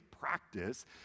practice